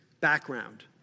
background